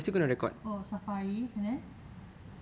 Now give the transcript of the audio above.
oh safari and then